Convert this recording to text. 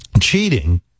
cheating